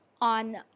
on